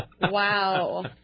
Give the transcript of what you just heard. Wow